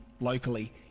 locally